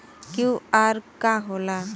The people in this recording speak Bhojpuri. क्यू.आर का होला?